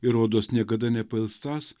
ir rodos niekada nepailstąs